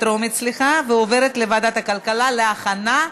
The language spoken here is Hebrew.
לוועדת הכלכלה נתקבלה.